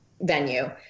venue